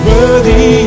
Worthy